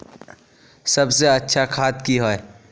सबसे अच्छा खाद की होय?